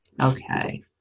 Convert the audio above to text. Okay